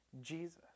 Jesus